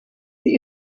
sie